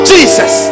Jesus